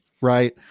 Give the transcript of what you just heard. right